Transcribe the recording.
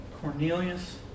Cornelius